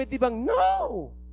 no